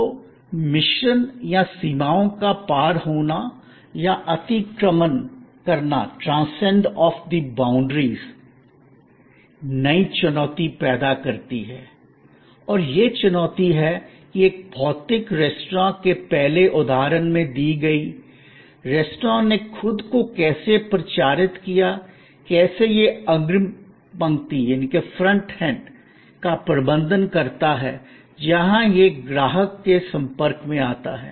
तो मिश्रण या सीमाओं का पार होना या अतिक्रमन करना नई चुनौती पैदा करती है और यह चुनौती है कि एक भौतिक रेस्तरां के पहले उदाहरण में दी गयी रेस्तरां ने खुद को कैसे प्रचारित किया कैसे यह अग्रिम पंक्ति फ्रंट एंड का प्रबंधन करता है जहां यह ग्राहक के संपर्क में आता है